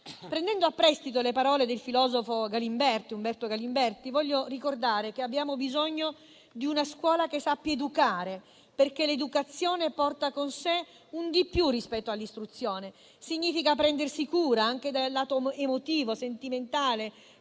Prendendo a prestito le parole del filosofo Umberto Galimberti, voglio ricordare che abbiamo bisogno di una scuola che sappia educare, perché l'educazione porta con sé un di più rispetto all'istruzione: significa prendersi cura anche del lato emotivo, sentimentale